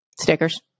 Stickers